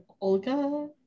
Olga